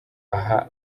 aha